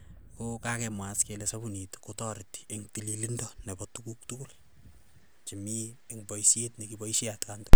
Ko kakemwa as kele sapunit kotareti eng' tilindo nepo tukuk tukul chemii eng' paishet nekipaishei atkan tu.